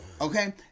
Okay